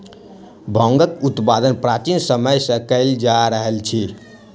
भांगक उत्पादन प्राचीन समय सॅ कयल जा रहल अछि